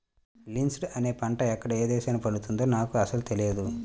linseed అనే పంట ఎక్కడ ఏ దేశంలో పండుతుందో నాకు అసలు తెలియదు